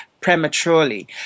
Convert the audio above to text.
prematurely